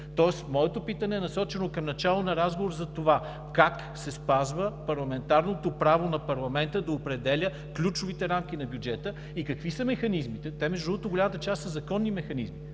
Моето питане е насочено към начало на разговор за това как се спазва парламентарното право на парламента да определя ключовите рамки на бюджета и какви са механизмите. Между другото, голямата част са законни механизми.